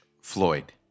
Floyd